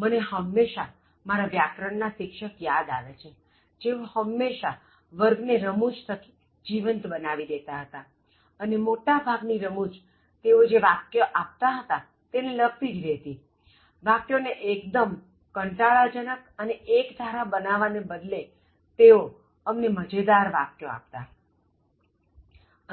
મને હંમેશા મારા વ્યાકરણ ના શિક્ષક યાદ આવે છેજેઓ હંમેશા વર્ગ ને રમૂજ થકી જીવંત બનાવી દેતા હતાઅને મોટા ભાગની રમૂજ તેઓ જે વાક્ય આપતા હતા તેને લગતી જ રહેતી વાક્યો ને એક્દમ કંટાળાજનક અને એક્ધારા બનાવવા ને બદલે તેઓ અમને મજેદાર વાક્યો આપતા